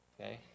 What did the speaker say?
Okay